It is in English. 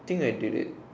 think I did it